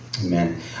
Amen